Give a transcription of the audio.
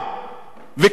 וכי למה?